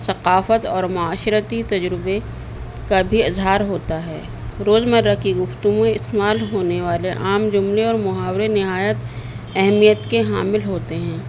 ثقافت اور معاشرتی تجربے کا بھی اظہار ہوتا ہے روزمرہ کی گفتم استعمال ہونے والے عام جملے اور محاورے نہایت اہمیت کے حامل ہوتے ہیں